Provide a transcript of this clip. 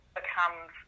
becomes